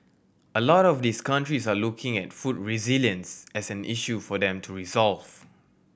a lot of these countries are looking at food resilience as an issue for them to resolve